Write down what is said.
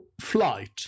flight